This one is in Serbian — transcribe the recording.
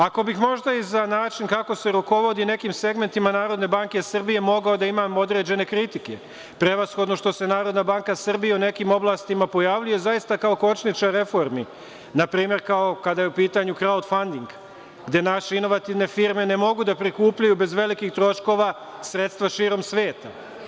Ako bi možda i za način kako se rukovodi nekim segmentima NBS, mogao bih da imam i određene kritike, prevashodno što se NBS u nekim oblastima pojavljuje zaista kao kočničar reformi, na primer kao kada je u pitanju „kraud fanding“ gde naše inovativne firme ne mogu da prikupljaju bez velikih troškova sredstva širom sveta.